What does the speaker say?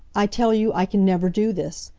i tell you i can never do this.